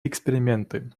эксперименты